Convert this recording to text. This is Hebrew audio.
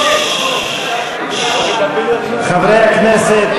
חברי הכנסת,